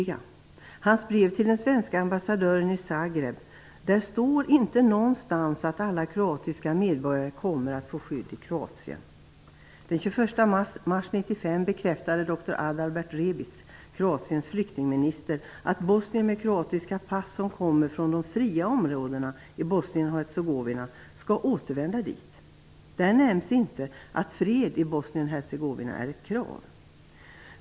I dr Granics brev till den svenske ambassadören i Zagreb står det inte någonstans att alla kroatiska medborgare kommer att få skydd i Kroatien. Den 21 mars 1995 bekräftade Kroatiens flyktingminister dr Adelbert Rebic att bosnier med kroatiska pass som kommer från de fria områdena i Bosnien-Hercegovina skall återvända dit. Där nämns inte att fred i Bosnien-Hercegovina är ett krav.